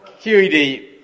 QED